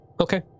Okay